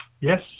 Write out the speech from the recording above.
Yes